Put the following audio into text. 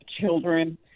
children